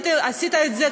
ועשית את זה,